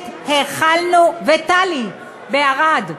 וטלי בערד,